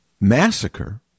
massacre